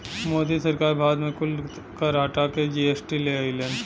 मोदी सरकार भारत मे कुल कर हटा के जी.एस.टी ले अइलन